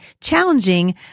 challenging